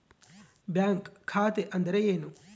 Bank ಖಾತೆ ಅಂದರೆ ಏನು?